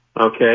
Okay